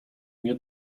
nie